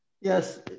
Yes